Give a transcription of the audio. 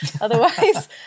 otherwise